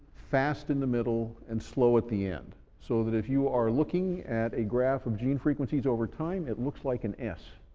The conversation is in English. fast in the middle and slow at the end. so that if you are looking at a graph of gene frequencies over time, it looks like an s